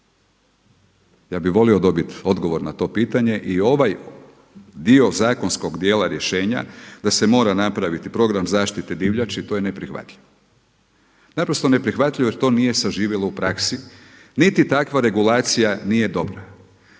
Ja bih volio dobit odgovor na to pitanje i ovaj dio zakonskog dijela rješenja da se mora napraviti program zaštite divljači to je neprihvatljivo, naprosto neprihvatljivo jer to nije saživjelo u praksi niti takva regulacija nije dobra.